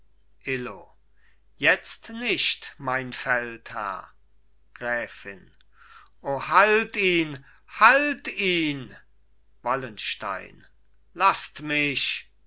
illo jetzt nicht mein feldherr gräfin o halt ihn halt ihn wallenstein laßt mich